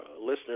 listeners